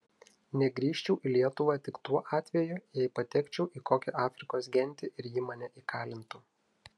negrįžčiau į lietuvą tik tuo atveju jei patekčiau į kokią afrikos gentį ir ji mane įkalintų